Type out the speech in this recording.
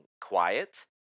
quiet